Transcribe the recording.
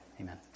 Amen